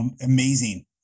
amazing